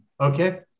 Okay